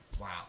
wow